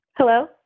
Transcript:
Hello